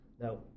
Now